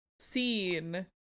seen